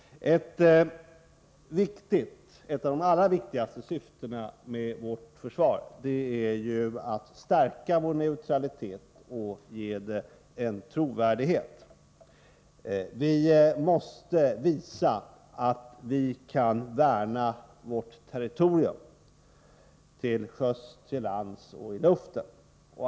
Ett av de allra viktigaste syftena med vårt försvar är att stärka vår neutralitet och ge den trovärdighet. Vi måste visa att vi kan värna vårt territorium till sjöss, till lands och i luften.